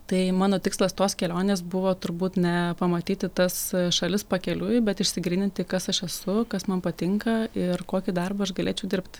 tai mano tikslas tos kelionės buvo turbūt ne pamatyti tas šalis pakeliui bet išsigryninti kas aš esu kas man patinka ir kokį darbą aš galėčiau dirbt